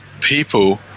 people